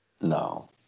No